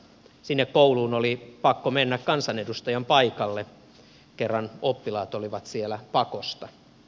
sinne kouluun oli pakko mennä kansanedustajan paikalle kerran oppilaat olivat siellä pakosta